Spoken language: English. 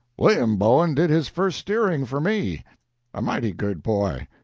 william bowen did his first steering for me a mighty good boy.